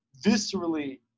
viscerally –